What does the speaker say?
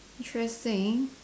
interesting